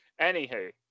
Anywho